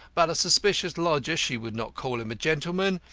but a suspicious lodger, she would not call him a gentleman,